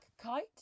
Kite